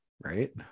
Right